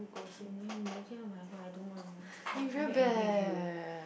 whatever I don't want I very angry with you